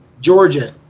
Georgia